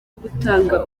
gutanga